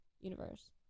universe